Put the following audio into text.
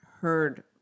heard